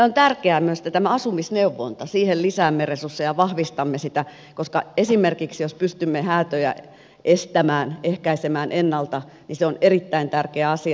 on tärkeää myös että tähän asumisneuvontaan lisäämme resursseja ja vahvistamme sitä koska jos esimerkiksi pystymme häätöjä estämään ehkäisemään ennalta se on erittäin tärkeä asia